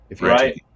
Right